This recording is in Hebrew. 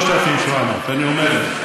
אמר 3,700. 3,700, אני אומר את זה.